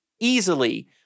easily